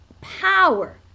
power